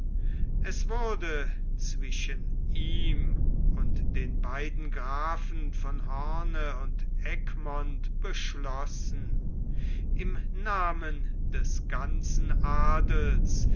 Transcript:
es wurde zwischen ihm und den beiden grafen von hoorn und egmont beschlossen im namen des ganzen adels